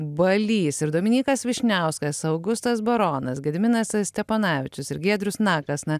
balys ir dominykas vyšniauskas augustas baronas gediminas steponavičius ir giedrius nakas na